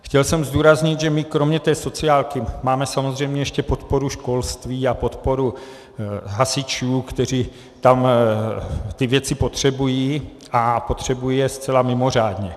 Chtěl jsem zdůraznit, že my kromě té sociálky máme samozřejmě ještě podporu školství a podporu hasičů, kteří tam ty věci potřebují, a potřebují je zcela mimořádně.